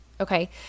okay